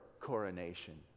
coronation